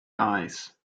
eyes